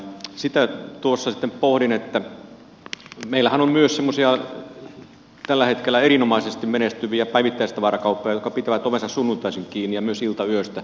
sitä tuossa sitten pohdin että meillähän on myös semmoisia tällä hetkellä erinomaisesti menestyviä päivittäistavarakauppoja jotka pitävät ovensa sunnuntaisin kiinni ja myös iltayöstä